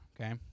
okay